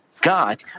God